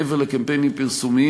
מעבר לקמפיינים פרסומיים,